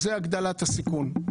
זאת הגדלת הסיכון.